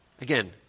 Again